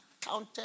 counted